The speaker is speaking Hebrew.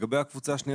לגבי הקבוצה השנייה,